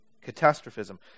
Catastrophism